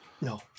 No